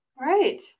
right